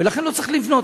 ולכן לא צריך לבנות,